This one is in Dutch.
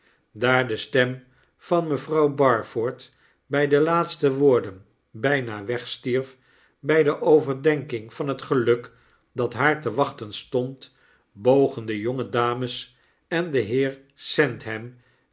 daar de stem van mevrouw barford by de laatste woorden byna wegstierf bij de overdenking vanhetgeluk dat haar te wachten stond bogen de jonge dames en de heer